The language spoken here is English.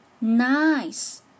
nice